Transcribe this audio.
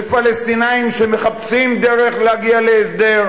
בפלסטינים שמחפשים דרך להגיע להסדר.